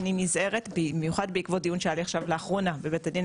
אני נזהרת במיוחד בעקבות דיון שהיה לי עכשיו לאחרונה בבית הדין,